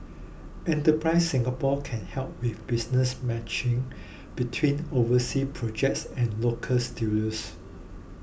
enterprise Singapore can help with business matching between overseas projects and local studios